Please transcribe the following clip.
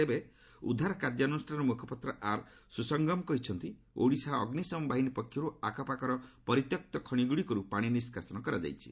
ତେବେ ଉଦ୍ଧାର କାର୍ଯ୍ୟାନୁଷ୍ଠାନର ମୁଖପାତ୍ର ଆର ସୁସଙ୍ଗମ୍ କହିଛନ୍ତି ଓଡିଶା ଅଗୁିଶମ ବାହିନୀ ପକ୍ଷରୁ ଆଖାପାଖ ପରିତ୍ୟକ୍ତ ଖଣିଗୁଡିକର ପାଣି ନିଷ୍କାସନ କରାଯାଇଛି